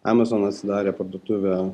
amazon atsidarė parduotuvę